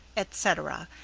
etc,